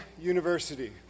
University